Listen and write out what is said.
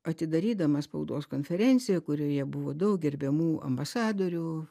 atidarydama spaudos konferenciją kurioje buvo daug gerbiamų ambasadorių